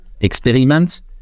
experiments